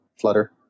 flutter